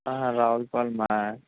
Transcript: రావులపాలెమా